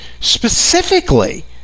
specifically